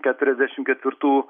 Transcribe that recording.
keturiasdešimt ketvirtų